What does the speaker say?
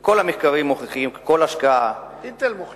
כל המחקרים מוכיחים שכל השקעה, "אינטל" מוכיחה.